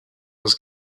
his